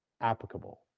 applicable